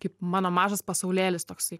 kaip mano mažas pasaulėlis toksai